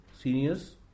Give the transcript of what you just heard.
seniors